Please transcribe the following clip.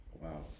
Wow